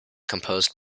composed